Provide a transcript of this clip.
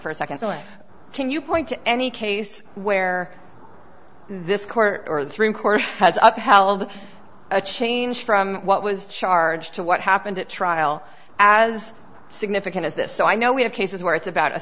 for a second thought can you point to any case where this court or through court has upheld a change from what was charged to what happened at trial as significant as this so i know we have cases where it's about a